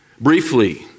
Briefly